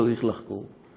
צריך לחקור.